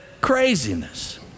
craziness